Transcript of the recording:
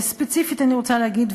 וספציפית אני רוצה להגיד,